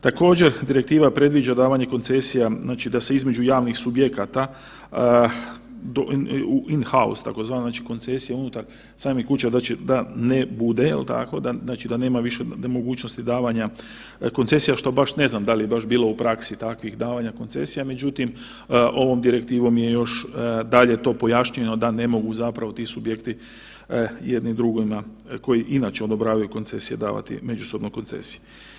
Također, Direktiva predviđa davanje koncesija, znači da se između javnih subjekata, in house, tzv. znači koncesija unutar samih kuća, da ne bude, je li tako da nema više mogućnosti davanja koncesija, što baš ne znam da li je baš bilo u praksi takvih davanja koncesija, međutim, ovom Direktivom je još dalje to pojašnjeno da ne mogu zapravo ti subjekti jedni drugima, koji inače odobravaju koncesije davati međusobno koncesije.